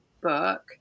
book